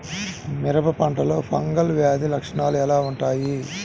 మిరప పంటలో ఫంగల్ వ్యాధి లక్షణాలు ఎలా వుంటాయి?